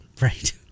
Right